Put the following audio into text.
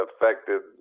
affected